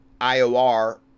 IOR